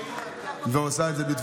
היא עושה את זה בתבונה.